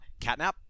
catnap